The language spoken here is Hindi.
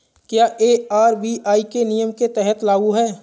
क्या यह आर.बी.आई के नियम के तहत लागू है?